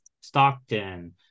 Stockton